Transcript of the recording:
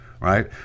right